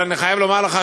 אבל אני חייב לומר לך,